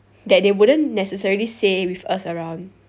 that they wouldn't necessarily say with us around